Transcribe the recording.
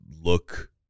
look